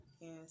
Yes